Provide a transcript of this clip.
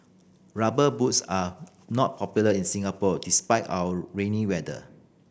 Rubber Boots are not popular in Singapore despite our rainy weather